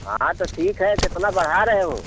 हाँ तो ठीक है कितना बढ़ा रहे हो